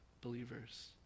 believers